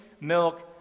milk